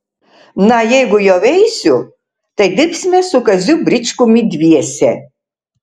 na jeigu jau eisiu tai dirbsime su kaziu bričkumi dviese